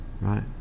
right